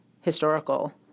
historical